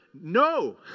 No